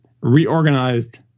reorganized